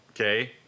Okay